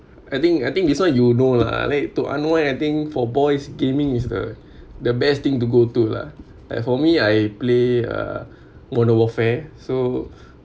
I think I think this one you know lah like to anyone I think for boys gaming is the the best thing to go to lah like for me I play uh modern warfare so